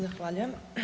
Zahvaljujem.